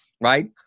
right